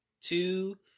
two